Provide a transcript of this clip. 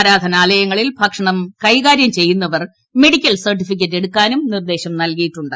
ആരാധനാലയങ്ങളിൽ ഭക്ഷണം കൈകാര്യം ചെയ്യുന്നവർ മെഡിിക്കൽ സർട്ടിഫിക്കറ്റ് എടുക്കാനും നിർദ്ദേശം നൽകിയിട്ടുണ്ട്